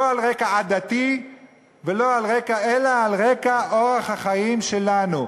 לא על רקע עדתי אלא על רקע אורח החיים שלנו.